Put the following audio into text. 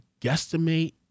guesstimate